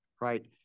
right